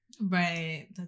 Right